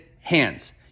hands